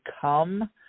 come